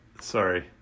Sorry